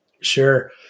Sure